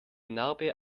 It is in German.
narbe